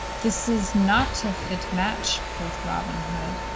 this is not a fit match, quoth robin hood,